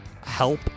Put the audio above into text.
help